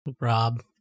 Rob